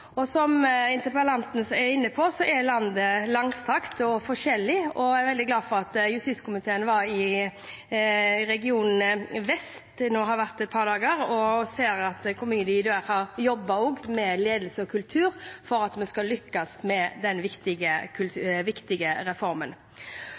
Som interpellanten er inne på, er landet langstrakt og forskjellig, og jeg er veldig glad for at justiskomiteen nå har vært i region vest et par dager, og ser hvor mye de har jobbet med ledelse og kultur for at vi skal lykkes med denne viktige